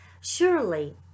surely